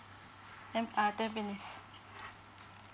tam~ ah tampines